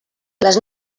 les